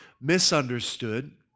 misunderstood